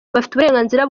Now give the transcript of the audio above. uburenganzira